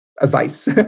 advice